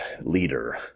leader